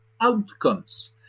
outcomes